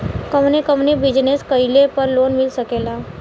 कवने कवने बिजनेस कइले पर लोन मिल सकेला?